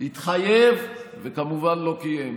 התחייב, וכמובן לא קיים,